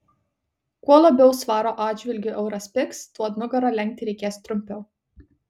kuo labiau svaro atžvilgiu euras pigs tuo nugarą lenkti reikės trumpiau